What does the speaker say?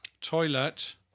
Toilet